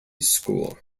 school